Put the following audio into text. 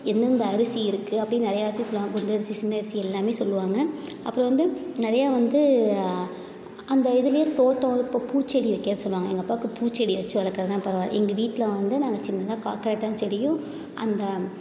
எந்தெந்த அரிசி இருக்குது அப்டின்னு நிறையா அரிசி சொல்லுவாங்க குண்டரிசி சின்னரிசி எல்லாமே சொல்வாங்க அப்புறம் வந்து நிறையா வந்து அந்த இதுலேயே தோட்டம் இப்போ பூச்செடி வைக்க சொல்வாங்க எங்கள் அப்பாவுக்கு பூச்செடி வெச்சு வளர்க்கறதுன்னா பரவால எங்கள் வீட்டில் வந்து நாங்கள் சின்னதாக காக்கரட்டான் செடியும் அந்த